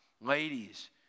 ladies